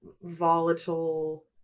volatile